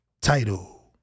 title